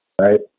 right